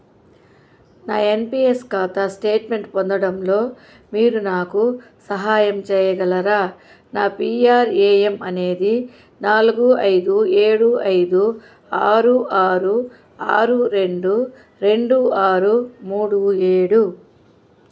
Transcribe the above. నా N P S ఖాతా statement పొందడంలో మీరు నాకు సహాయం చేయగలరా నా పీ ఆర్ ఏ ఎమ్ అనేది నాలుగు ఐదు ఏడు ఐదు ఆరు ఆరు ఆరు రెండు రెండు ఆరు మూడు ఏడు